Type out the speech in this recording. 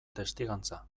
testigantza